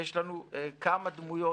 יש לנו כמה דמויות